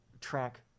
track